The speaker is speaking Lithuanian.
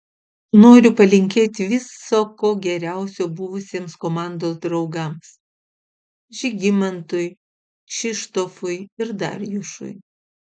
noriu palinkėti viso ko geriausio buvusiems komandos draugams žygimantui kšištofui ir darjušui